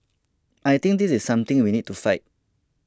I think this is something we need to fight